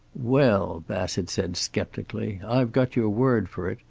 well, bassett said sceptically, i've got your word for it.